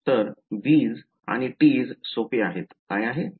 तर b's आणि t's सोपे आहेत काय आहे